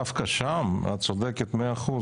דווקא שם את צודקת ב-100%,